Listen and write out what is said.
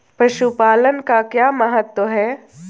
पशुपालन का क्या महत्व है?